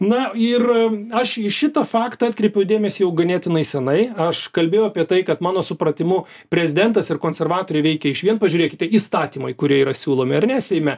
na ir aš į šitą faktą atkreipiau dėmesį jau ganėtinai senai aš kalbėjau apie tai kad mano supratimu prezidentas ir konservatoriai veikė išvien pažiūrėkite įstatymai kurie yra siūlomi ar ne seime